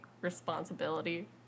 responsibility